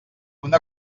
una